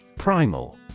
Primal